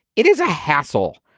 it is a hassle,